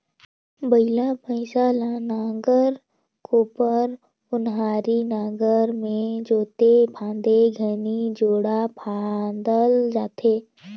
बइला भइसा ल नांगर, कोपर, ओन्हारी नागर मे जोते फादे घनी जोड़ा फादल जाथे